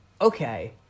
Okay